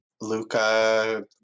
Luca